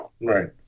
Right